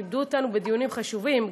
כיבדו אותנו בדיונים חשובים,